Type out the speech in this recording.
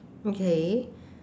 okay